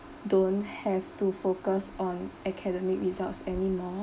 don't have to focus on academic results anymore